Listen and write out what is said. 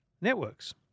networks